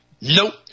Nope